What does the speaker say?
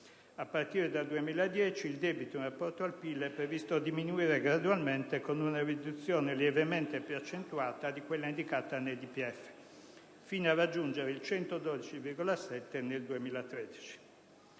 A partire dal 2010, il debito in rapporto al PIL è previsto diminuire gradualmente, con una riduzione lievemente più accentuata di quella indicata nel DPEF, fino a raggiungere il 112,7 per cento